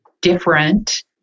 different